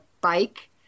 bike